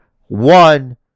One